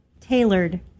tailored